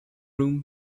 room